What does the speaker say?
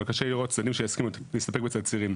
אבל קשה לי לראות צדדים שיסכימו להסתפק בתצהירים.